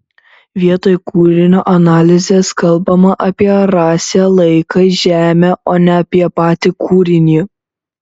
vietoj kūrinio analizės kalbama apie rasę laiką žemę o ne apie patį kūrinį